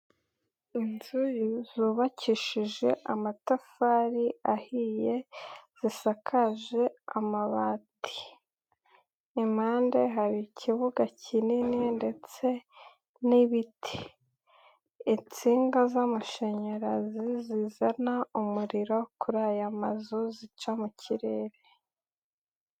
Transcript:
Inzu zubakishije amatafari ahiye zisakaje amabati, impande hari ikibuga kinini ndetse n'ibiti, insinga z'amashanyarazi zizana umuriro kuri aya mazu zica mu kirere.